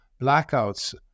blackouts